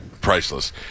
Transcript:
priceless